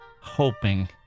Hoping